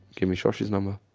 give me shoshi's number.